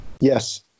Yes